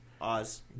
Oz